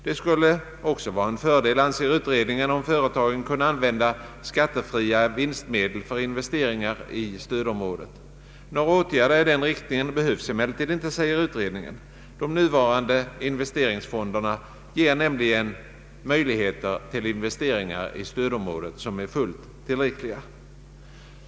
Det skulle också vara en fördel, anser utredningen, om företagen kunde använda skattefria vinstmedel för investeringar i stödområdet. Några åtgärder i den riktningen behövs emellertid inte, säger utredningen. De nuvarande investeringsfonderna ger nämligen möjligheter till investeringar i stödområdet som är fullt tillräckliga.